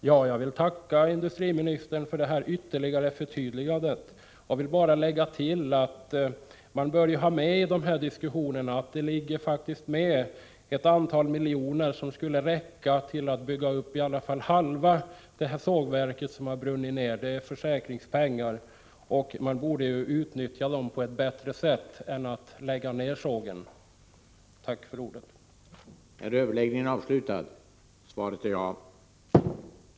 Herr talman! Jag tackar industriministern för det förtydligande som han nyss gjorde och vill bara lägga till att man i samband med de här diskussionerna bör beakta att det finns ett antal miljoner som skulle täcka i varje fall hälften av kostnaderna för en uppbyggnad av det nedbrunna sågverket. Det gäller då försäkringspengar, och dessa borde man utnyttja på ett bättre sätt i stället för att lägga ned verksamheten vid sågen. Tack för ordet.